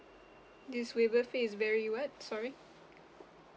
this waiver fee is very what sorry